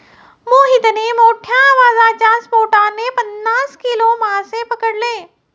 मोहितने मोठ्ठ्या आवाजाच्या स्फोटाने पन्नास किलो मासे पकडले